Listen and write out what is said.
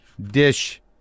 dish